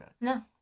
No